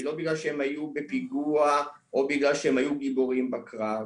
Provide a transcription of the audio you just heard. היא לא בגלל שהם היו בפיגוע או בגלל שהם היו גיבורים בקרב,